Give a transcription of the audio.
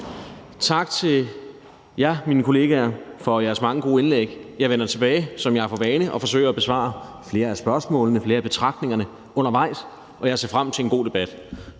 Tak til jer, mine kollegaer, for jeres mange gode indlæg. Jeg vender tilbage, som jeg har for vane, og forsøger at besvare flere af spørgsmålene og flere af betragtningerne undervejs, og jeg ser frem til en god debat.